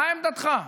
מה עמדתך?